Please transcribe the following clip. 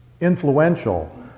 influential